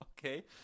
Okay